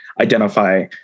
identify